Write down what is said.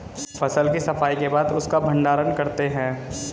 फसल की सफाई के बाद उसका भण्डारण करते हैं